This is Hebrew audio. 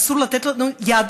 אסור לתת לזה יד,